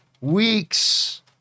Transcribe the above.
weeks